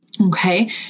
Okay